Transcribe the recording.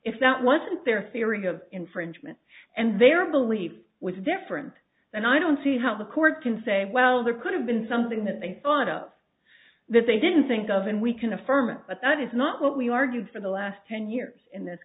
that wasn't their theory of infringement and their belief was different and i don't see how the court can say well there could have been something that they thought of that they didn't think of and we can affirm it but that is not what we argued for the last ten years in this